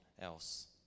else